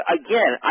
again